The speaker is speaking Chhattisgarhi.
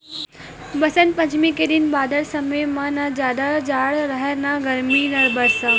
बसंत पंचमी के दिन बादर समे म न जादा जाड़ राहय न गरमी न बरसा